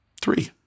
three